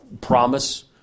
promise